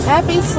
Happy